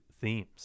themes